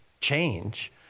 change